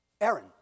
Aaron